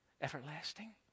everlasting